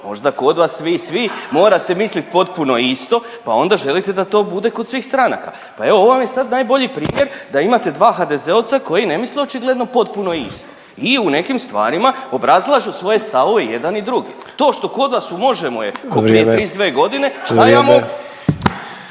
možda kod vas vi svi morate misliti potpuno isto pa onda želite da to bude kod svih stranaka, pa evo, ovo vam je sad najbolji primjer da imate dva HDZ-ovca koji ne misle očigledno potpuno isto. I u nekim stvarima obrazlažu svoje stavove jedan i drugi. To što kod vas u Možemo! je .../Upadica: Vrijeme.